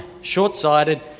short-sighted